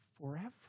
forever